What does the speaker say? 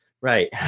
right